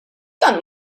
dan